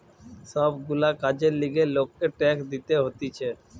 সব গুলা কাজের লিগে লোককে ট্যাক্স দিতে হতিছে